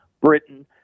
Britain